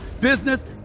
business